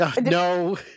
No